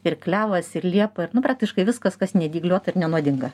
ir klevas ir liepa ir nu praktiškai viskas kas nedygliuota ir nenuodinga